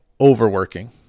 overworking